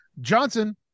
Johnson